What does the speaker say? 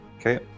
Okay